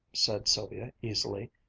said sylvia easily.